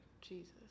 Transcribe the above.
Jesus